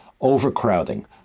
overcrowding